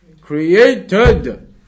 created